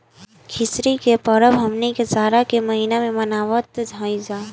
खिचड़ी के परब हमनी के जाड़ा के महिना में मनावत हई जा